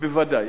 בוודאי.